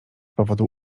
powodu